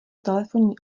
telefonní